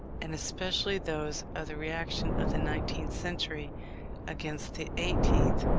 and especially those of the reaction of the nineteenth century against the eighteenth,